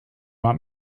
want